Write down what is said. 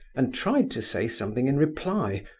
and tried to say something in reply,